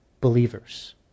believers